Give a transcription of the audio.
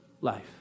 life